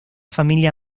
familia